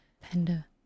Panda